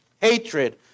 hatred